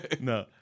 No